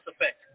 effect